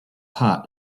pot